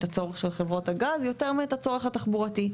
הצורך של חברות הגז יותר מאת הצורך התחבורתי.